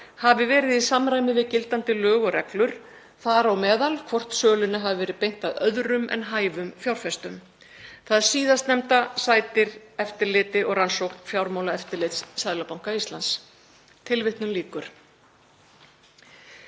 hafi verið í samræmi við gildandi lög og reglur, þar á meðal hvort sölunni hafi verið beint að öðrum en hæfum fjárfestum. Það síðastnefnda sætir eftirliti Fjármálaeftirlits Seðlabanka Íslands.“ Forseti.